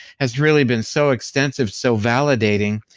has really been so extensive, so validating,